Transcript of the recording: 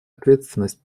ответственность